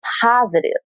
positive